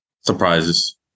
Surprises